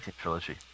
Trilogy